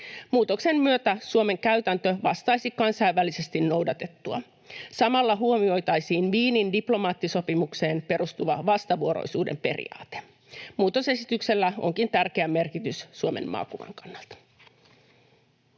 Muutoksen myötä Suomen käytäntö vastaisi kansainvälisesti noudatettua. Samalla huomioitaisiin Wienin diplomaattisopimukseen perustuva vastavuoroisuuden periaate. Muutosesityksellä onkin tärkeä merkitys Suomen maakuvan kannalta.